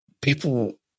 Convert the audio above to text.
people